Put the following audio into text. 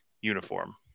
uniform